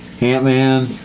Ant-Man